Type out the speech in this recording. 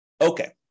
Okay